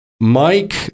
Mike